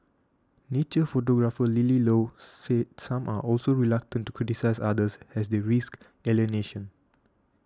nature photographer Lily Low said some are also reluctant to criticise others as they risk alienation